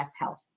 Health